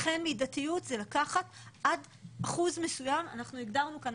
לכן מידתיות זה לקחת עד אחוז מסוים אנחנו הגדרנו כאן